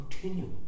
continue